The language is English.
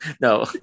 No